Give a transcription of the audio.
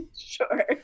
Sure